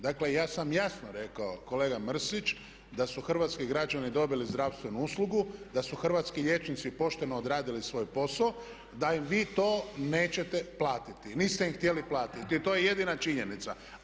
Dakle, ja sam jasno rekao kolega Mrsić da su hrvatski građani dobili zdravstvenu uslugu, da su hrvatski liječnici pošteno odradili svoj posao, da im vi to nećete platiti, niste im htjeli platiti i to je jedina činjenica.